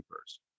first